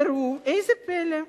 וראו איזה פלא,